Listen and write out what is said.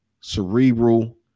cerebral